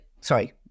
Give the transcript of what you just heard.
Sorry